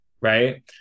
right